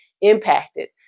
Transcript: impacted